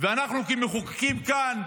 ואנחנו כמחוקקים כאן,